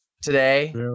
today